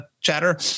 chatter